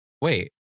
wait